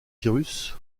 cyrus